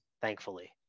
thankfully